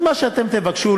אז מה שאתם תבקשו,